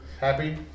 happy